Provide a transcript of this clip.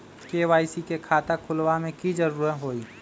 KYC के खाता खुलवा में की जरूरी होई?